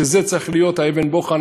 שזה צריך להיות אבן הבוחן,